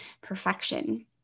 perfection